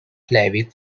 slavic